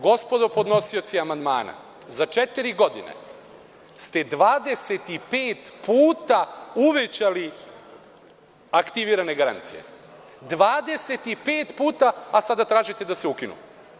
Gospodo podnosioci amandmana, za četiri godine ste 25 puta uvećali aktivirane garancije, a sada tražite da se ukinu.